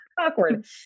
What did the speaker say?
awkward